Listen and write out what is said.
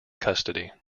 custody